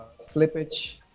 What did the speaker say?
slippage